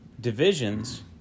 divisions